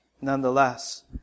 nonetheless